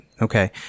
Okay